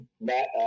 Matt